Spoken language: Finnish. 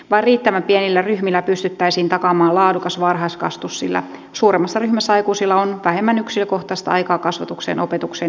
vain riittävän pienillä ryhmillä pystyttäisiin takaamaan laadukas varhaiskasvatus sillä suuremmassa ryhmässä aikuisilla on vähemmän yksilökohtaista aikaa kasvatukseen opetukseen ja hoitoon